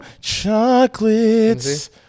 chocolates